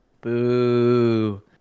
Boo